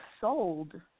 sold